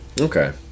okay